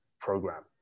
program